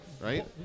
right